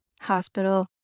Hospital